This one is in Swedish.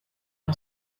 har